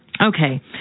Okay